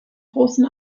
großen